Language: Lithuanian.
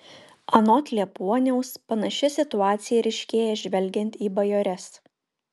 anot liepuoniaus panaši situacija ryškėja žvelgiant į bajores